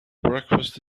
breakfast